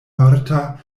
marta